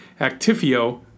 Actifio